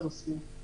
לנוסעים.